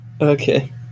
Okay